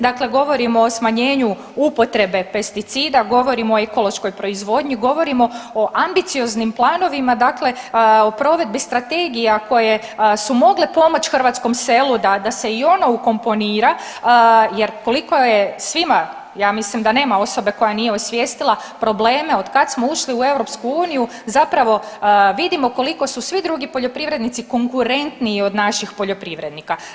Dakle govorimo o smanjenju upotrebe pesticida, govorimo o ekološkoj proizvodnji, govorimo o ambicioznim planovima o provedbi strategija koje su mogle pomoći hrvatskom selu da se i ono ukomponira jer koliko je svima ja mislim da nema osobe koja nije osvijestila probleme od kad smo ušli u EU zapravo vidimo koliko su svi drugi poljoprivrednici konkurentniji od naših poljoprivrednika.